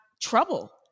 trouble